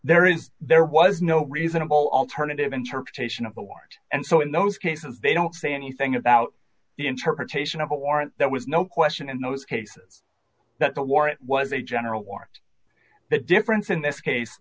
there is there was no reasonable alternative interpretation of the word and so in those cases they don't say anything about the interpretation of a warrant there was no question in those cases that the warrant was a general warrant the difference in this case